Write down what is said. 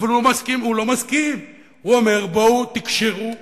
אבל הוא לא מסכים, הוא אומר, בואו תקשרו אותי,